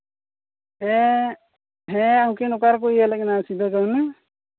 ᱦᱮᱸ ᱦᱮᱸ ᱩᱱᱠᱤᱱ ᱚᱠᱟᱨᱮᱠᱚ ᱤᱭᱟᱹ ᱞᱮᱫ ᱠᱤᱱᱟᱹ ᱥᱤᱫᱳ ᱠᱟᱱᱦᱩ